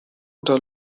oder